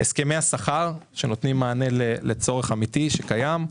בין אם זה הסכמי השכר שנותנים מענה לצורך אמיתי שקיים.